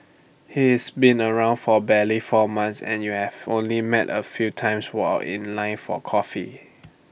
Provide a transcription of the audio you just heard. he is been around for barely four months and you've only met A few times while in line for coffee